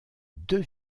deux